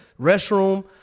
Restroom